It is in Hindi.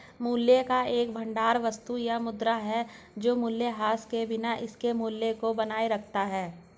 मूल्य का एक भंडार वस्तु या मुद्रा है जो मूल्यह्रास के बिना इसके मूल्य को बनाए रखता है